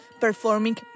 performing